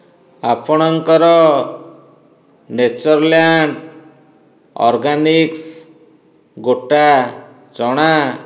ଆପଣଙ୍କର Natureland Organics ଗୋଟା ଚଣା